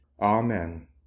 Amen